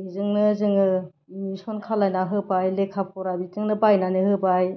बेजोंनो जोङो एडमिस'न खालामना होबाय लेखा फरा बेजोंनो बायनानै होबाय